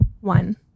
One